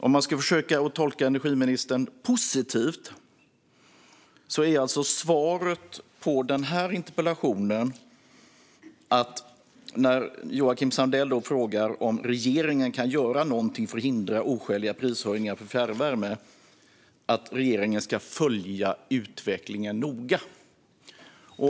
Om man ska försöka tolka energiministern positivt är alltså svaret på den här interpellationen, där Joakim Sandell frågar om regeringen kan göra något för att hindra oskäliga prishöjningar på fjärrvärme, att regeringen ska följa utvecklingen noga.